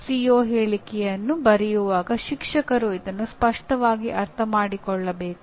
CO ಹೇಳಿಕೆಯನ್ನು ಬರೆಯುವಾಗ ಶಿಕ್ಷಕರು ಇದನ್ನು ಸ್ಪಷ್ಟವಾಗಿ ಅರ್ಥಮಾಡಿಕೊಳ್ಳಬೇಕು